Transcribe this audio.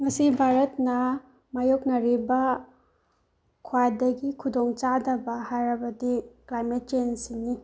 ꯉꯁꯤ ꯚꯥꯔꯠꯅ ꯃꯥꯌꯣꯛꯅꯔꯤꯕ ꯈ꯭ꯋꯥꯏꯗꯒꯤ ꯈꯨꯗꯣꯡ ꯆꯥꯗꯕ ꯍꯥꯏꯔꯕꯗꯤ ꯀ꯭ꯂꯥꯏꯃꯦꯠ ꯆꯦꯟꯁꯁꯤꯅꯤ